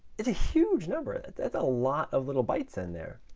it's a huge number. that's a lot of little bytes in there.